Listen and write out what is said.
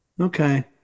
Okay